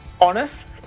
honest